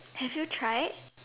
have you tried